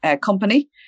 company